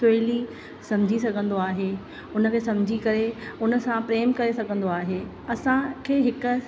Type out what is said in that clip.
सवली समुझी सघंदो आहे हुनखे समुझी करे उन सां प्रेम करे सघंदो आहे असांखे हिकु